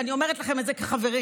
ואני אומרת לכם את זה כחברים,